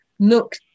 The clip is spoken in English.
Look